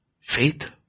Faith